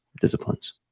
disciplines